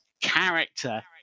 character